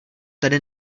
tady